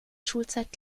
schulzeit